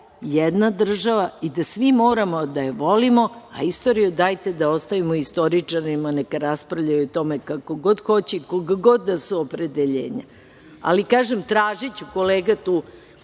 jedna država i da svi moramo da je volimo, a istoriju dajte da ostavimo istoričarima neka raspravljaju o tome kako god hoće i kog god da su opredeljenja. Kažem, tražiću, kolege,